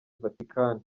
vatican